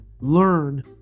learn